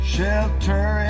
shelter